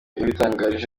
yabitangarije